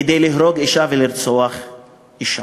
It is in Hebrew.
כדי להרוג אישה ולרצוח אישה.